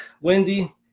Wendy